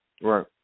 Right